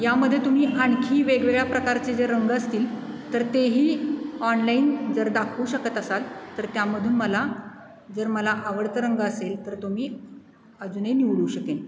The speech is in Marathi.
यामध्ये तुम्ही आणखी वेगवेगळ्या प्रकारचे जे रंग असतील तर तेही ऑनलाईन जर दाखवू शकत असाल तर त्यामधून मला जर मला आवडतं रंग असेल तर तो मी अजूनही निवडू शकेन